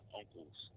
uncles